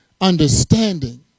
understanding